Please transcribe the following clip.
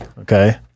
okay